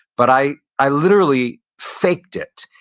but i i literally faked it,